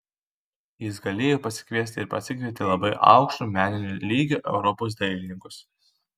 jis galėjo pasikviesti ir pasikvietė labai aukšto meninio lygio europos dailininkus